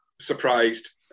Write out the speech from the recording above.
surprised